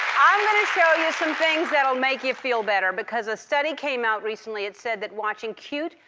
i'm gonna show you some things that'll make you feel better, because a study came out recently. it said that watching cute,